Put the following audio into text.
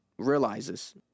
realizes